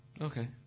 Okay